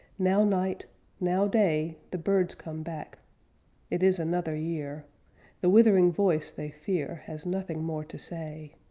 now night now day the birds come back it is another year the withering voice they fear has nothing more to say.